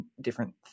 different